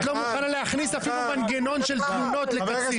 זה בדיוק מה שאת עושה.